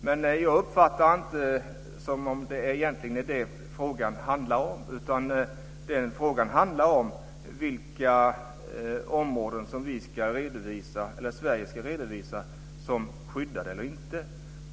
Men jag uppfattar inte att det egentligen är det som frågan handlar om, utan frågan handlar om vilka områden som Sverige ska redovisa som skyddade eller inte.